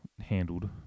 handled